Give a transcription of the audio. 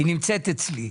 היא נמצאת אצלי.